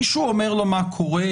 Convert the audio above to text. מישהו אומר לו מה קורה?